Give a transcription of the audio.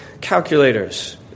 calculators